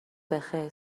بخیر